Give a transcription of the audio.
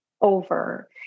over